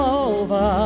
over